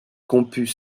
campus